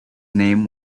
name